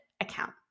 account